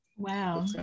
Wow